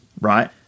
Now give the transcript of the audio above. right